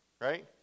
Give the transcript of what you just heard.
right